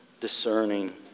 discerning